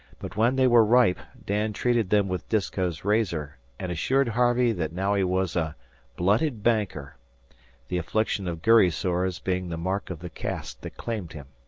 but when they were ripe dan treated them with disko's razor, and assured harvey that now he was a blooded banker the affliction of gurry-sores being the mark of the caste that claimed him.